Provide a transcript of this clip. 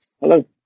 Hello